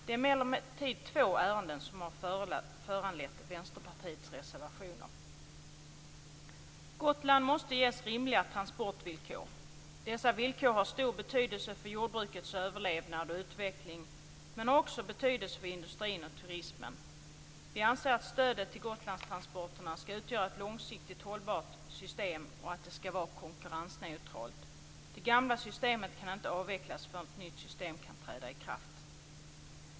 Det är emellertid två ärenden som har föranlett Vänsterpartiets reservationer. Gotland måste ges rimliga transportvillkor. Dessa villkor har stor betydelse för jordbrukets överlevnad och utveckling, men har också betydelse för industrin och turismen. Vi anser att stödet till Gotlandstransporterna skall utgöra ett långsiktigt hållbart system och att det skall vara konkurrensneutralt. Det gamla systemet kan inte avvecklas förrän ett nytt system kan träda i kraft.